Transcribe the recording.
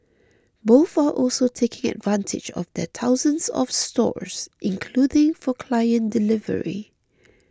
both are also taking advantage of their thousands of stores including for client delivery